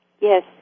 Yes